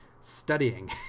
studying